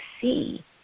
see